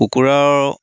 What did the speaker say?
কুকুৰাৰ